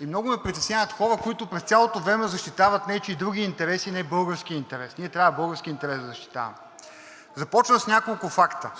И много ме притесняват хора, които през цялото време защитават нечии други интереси, а не българския интерес. Ние трябва да защитаваме българския интерес. Започвам с няколко факта.